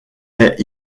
est